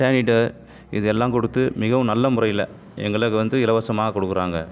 sanitiser இது எல்லாம் கொடுத்து மிகவும் நல்ல முறையில் எங்களுக்கு வந்து இலவசமாக கொடுக்குறாங்க